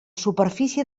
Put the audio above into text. superfície